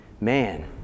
Man